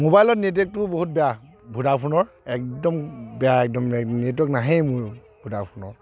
মোবাইলৰ নেটৱৰ্কটো বহুত বেয়া ভোডাফোনৰ একদম বেয়া একদম নেটৱৰ্ক নাহে মোৰ ভোডাফোনৰ